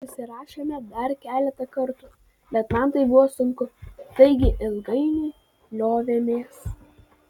susirašėme dar keletą kartų bet man tai buvo sunku taigi ilgainiui liovėmės